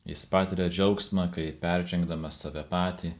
jis patiria džiaugsmą kai peržengdamas save patį